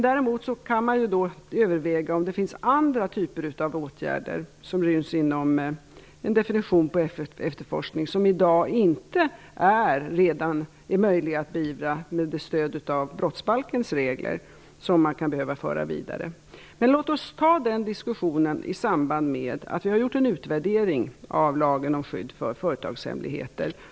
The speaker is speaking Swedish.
Däremot kan man överväga om det finns andra typer av åtgärder som ryms inom definitionen efterforskning som det redan i dag inte är möjligt att beivra med stöd av brottsbalkens regler och som man kan behöva föra vidare. Låt oss ta den diskussionen i samband med att vi har gjort en utvärdering av lagen om skydd för företagshemligheter.